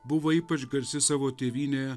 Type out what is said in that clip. buvo ypač garsi savo tėvynėje